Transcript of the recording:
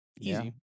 easy